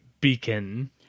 beacon